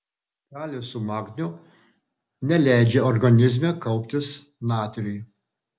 kalis su magniu neleidžia organizme kauptis natriui